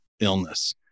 illness